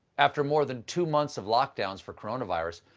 after more than two months of lockdown for coronavirus,